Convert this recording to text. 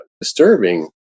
disturbing